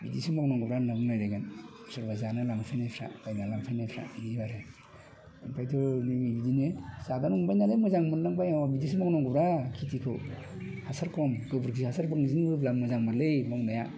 बिदिसो मावनांगौ दा होनना बुंलायलायगोन सोरबा जानो लांफैनायफ्रा बायना लांफैनायफ्रा बिदि आरो ओमफ्रायथ' बिदिनो जानो मोनबाय नालाय मोजां मोनलांबाय अ बिदिसो मावनांगौदा खिथिखौ हासार खम गोबोरखि हासार बांसिन होब्ला मोजां मोनलै मावनाया